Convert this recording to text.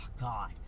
god